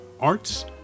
Arts